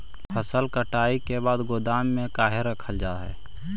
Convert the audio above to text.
फसल कटाई के बाद गोदाम में क्यों रखा जाता है?